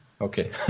Okay